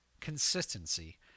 consistency